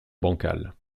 bancal